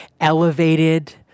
elevated